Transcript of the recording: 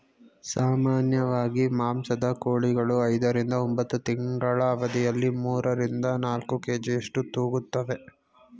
ಸಾಮಾನ್ಯವಾಗಿ ಮಾಂಸದ ಕೋಳಿಗಳು ಐದರಿಂದ ಒಂಬತ್ತು ತಿಂಗಳ ಅವಧಿಯಲ್ಲಿ ಮೂರರಿಂದ ನಾಲ್ಕು ಕೆ.ಜಿಯಷ್ಟು ತೂಗುತ್ತುವೆ